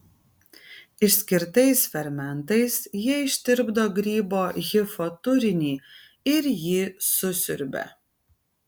išskirtais fermentais jie ištirpdo grybo hifo turinį ir jį susiurbia